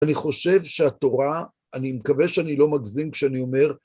אני חושב שהתורה, אני מקווה שאני לא מגזים כשאני אומר